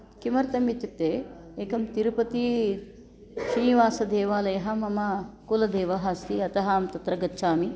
किमर्थम् इत्युक्ते एकं तिरुपतिश्रीनिवासदेवालयः मम कुलदेवः अस्ति अतः अहं तत्र गच्छामि